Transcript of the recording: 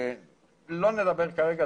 לא נלבן כרגע,